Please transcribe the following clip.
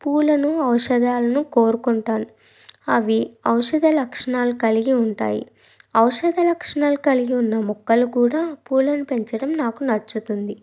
పూలను ఔషధాలను కోరుకుంటాను అవి ఔషధ లక్షణాలు కలిగి ఉంటాయి ఔషధ లక్షణాలు కలిగిన ఉన్న మొక్కలు కూడా పూలను పెంచడం నాకు నచ్చుతుంది